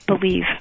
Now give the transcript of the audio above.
believe